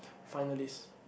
finalist